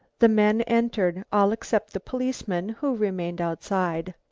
the men entered, all except the policeman, who remained outside.